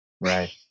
Right